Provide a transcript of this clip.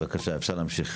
בבקשה, אפשר להמשיך.